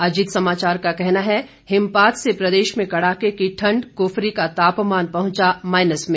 अजीत समाचार का कहना है हिमपात से प्रदेश में कड़ाके की ठंड कुफरी का तापमान पहुंचा माइनस में